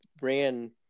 ran